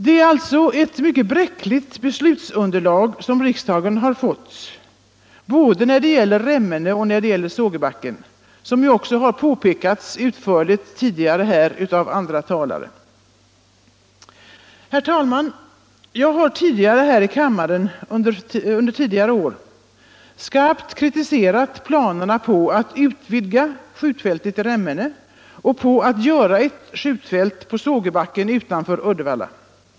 Det är alltså ett mycket bräckligt beslutsunderlag som riksdagen har fått, både när det gäller Remmene och när det gäller Sågebacken — det har också utförligt utvecklats här av andra talare. Herr talman! Jag har här i kammaren tidigare år skarpt kritiserat planerna på att utvidga skjutfältet i Remmene och på att anlägga ett skjutfält på Sågebacken utanför Uddevalla.